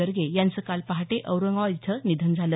गर्गे यांचं काल पहाटे औरंगाबाद इथं निधन झाले